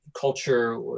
culture